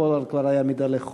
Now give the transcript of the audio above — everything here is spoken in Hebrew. פולארד כבר היה מתהלך חופשי.